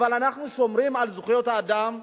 אבל אנחנו שומרים על זכויות האדם.